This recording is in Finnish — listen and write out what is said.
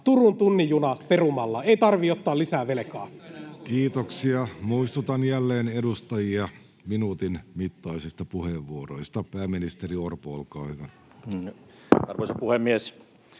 Turun tunnin juna perumalla, ei tarvitse ottaa lisää velkaa. Kiitoksia. — Muistutan jälleen edustajia minuutin mittaisista puheenvuoroista. — Pääministeri Orpo, olkaa hyvä. Arvoisa puhemies!